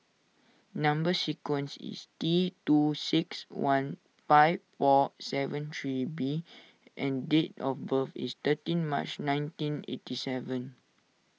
Number Sequence is T two six one five four seven three B and date of birth is thirteen March nineteen eighty seven